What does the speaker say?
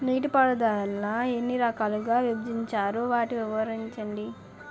నీటిపారుదల ఎన్ని రకాలుగా విభజించారు? వాటి వివరించండి?